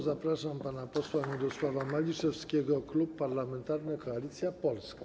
Zapraszam pana posła Mirosława Maliszewskiego, Klub Parlamentarny Koalicja Polska.